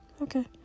Okay